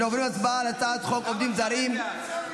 אנו עוברים להצבעה על הצעת חוק עובדים זרים (תיקון,